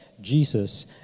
Jesus